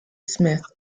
smith